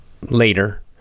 later